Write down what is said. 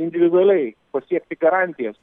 individualiai pasiekti garantijas